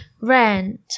rent